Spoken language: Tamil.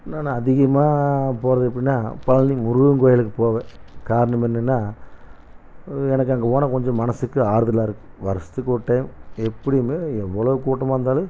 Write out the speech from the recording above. நான் அதிகமாக போகிறது அப்புடின்னா பழனி முருகன் கோயிலுக்கு போவேன் காரணம் என்னென்னால் எனக்கு அங்கே போனால் கொஞ்சம் மனதுக்கு ஆறுதலாக இருக்குது வருஷத்துக்கு ஒரு டைம் எப்படியுமே எவ்வளவு கூட்டமாக இருந்தாலும்